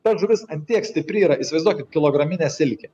ta žuvis ant tiek stipri yra įsivaizduokit kilograminę silkę